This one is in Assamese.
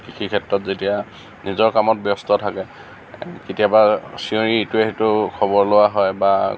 কৃষিক্ষেত্ৰত যেতিয়া নিজৰ কামত ব্যস্ত থাকে কেতিয়াবা চিঞৰি ইটোৱে সিটোৰ খবৰ লোৱা হয় বা